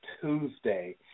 Tuesday